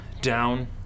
down